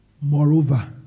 Moreover